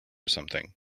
something